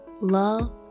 love